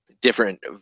different